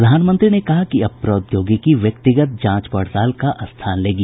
प्रधानमंत्री ने कहा कि अब प्रौद्योगिकी व्यक्तिगत जांच पड़ताल का स्थान लेगी